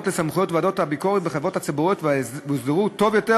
לסמכויות ועדות הביקורת בחברות הציבוריות והוסדרו טוב יותר